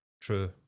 True